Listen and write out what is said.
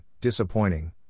disappointing